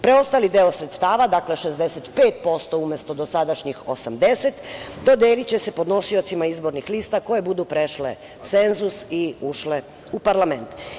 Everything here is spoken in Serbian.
Preostali deo sredstava, dakle, 65% umesto dosadašnjih 80%, dodeliće se podnosiocima izbornih lista koje budu prešle cenzus i ušle u parlament.